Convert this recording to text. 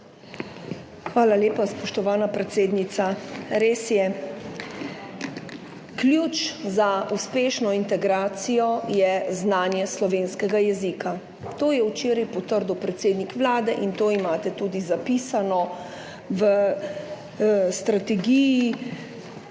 Hvala lepa, spoštovana predsednica. Res je. Ključ za uspešno integracijo je znanje slovenskega jezika. To je včeraj potrdil predsednik Vlade in to imate tudi zapisano v Strategiji